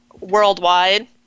worldwide